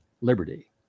liberty